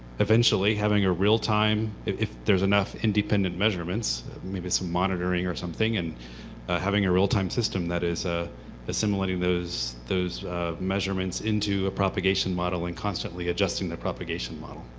eventually having a real-time if there's enough independent measurements, maybe some monitoring or something and having a real-time system that is ah assimilating those those measurements into a propagation model and constantly adjusting the propagation model.